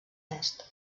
est